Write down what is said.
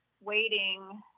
waiting